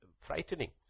frightening